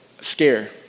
scare